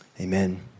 Amen